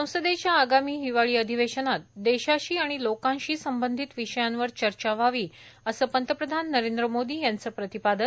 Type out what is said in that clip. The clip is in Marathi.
संसदेच्या आगामी हिवाळी अधिवेशनात देशाशी आणि लोकांशी संबंधित विषयांवर चर्चा व्हावी असं पंतप्रधान नरेंद्र मोदी यांच प्रतिपादन